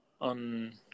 on